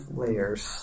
layers